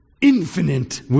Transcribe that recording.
infinite